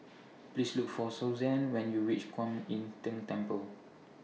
Please Look For Susanne when YOU REACH Kuan Im Tng Temple